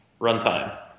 runtime